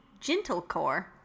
Gentlecore